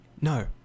no